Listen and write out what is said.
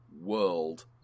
world